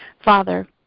Father